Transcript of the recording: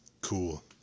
Cool